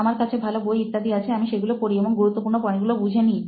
আমার কাছে ভালো বই ইত্যাদি আছে আমি সেগুলো পড়ি এবং গুরুত্বপূর্ণ পয়েন্টগুলো বুঝেনিই